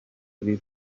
kuri